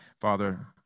Father